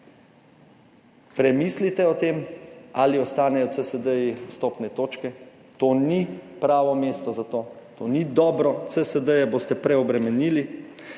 Premislite o tem, ali ostanejo CSD vstopne točke. To ni pravo mesto za to, to ni dobro. CSD boste preobremenili